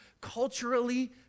culturally